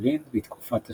בפולין בתקופת השואה.